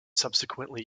subsequently